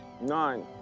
Nine